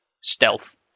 stealth